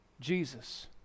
Jesus